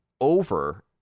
over